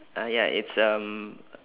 uh ya it's um